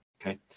Okay